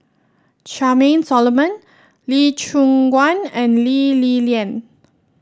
Charmaine Solomon Lee Choon Guan and Lee Li Lian